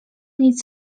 nic